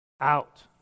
out